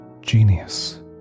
genius